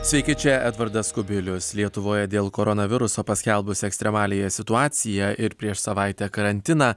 sveiki čia edvardas kubilius lietuvoje dėl koronaviruso paskelbus ekstremaliąją situaciją ir prieš savaitę karantiną